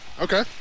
Okay